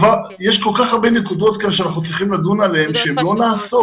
יש כל כך הרבה נקודות כאן שאנחנו צריכים לדון עליהן שהן לא נעשות.